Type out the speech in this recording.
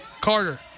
Carter